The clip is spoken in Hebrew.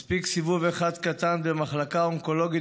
מספיק סיבוב אחד קטן במחלקה האונקולוגית